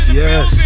yes